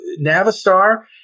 Navistar